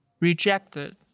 rejected